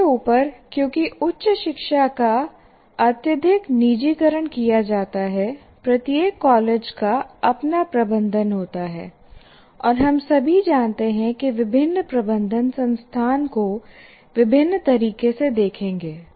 उसके ऊपर क्योंकि उच्च शिक्षा का अत्यधिक निजीकरण किया जाता है प्रत्येक कॉलेज का अपना प्रबंधन होता है और हम सभी जानते हैं कि विभिन्न प्रबंधन संस्थान को विभिन्न तरीके से देखेंगे